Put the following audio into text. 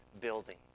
building